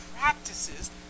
practices